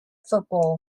football